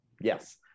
Yes